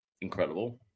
Incredible